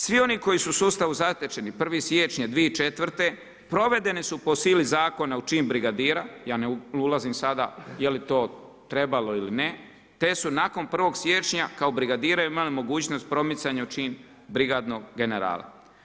Svi oni koji su u sustavu zatečeni 1. siječnja 2004. provedene su po sili zakona u čin brigadira, ja ne ulazim sada je li to trebalo ili ne, te su nakon 1. siječnja kao brigadiri imali mogućnost promicanja u čin brigadnog generala.